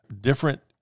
Different